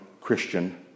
Christian